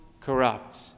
corrupt